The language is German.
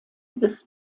des